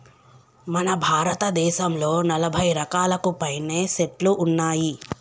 మన భారతదేసంలో నలభై రకాలకు పైనే సెట్లు ఉన్నాయి